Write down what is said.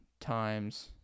times